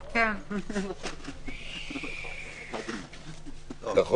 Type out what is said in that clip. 11:45.